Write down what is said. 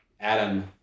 Adam